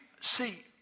See